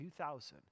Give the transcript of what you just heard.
2000